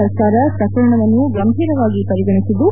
ಸರ್ಕಾರ ಶ್ರಕರಣವನ್ನು ಗಂಭೀರವಾಗಿ ಪರಿಗಣಿಸಿದ್ದು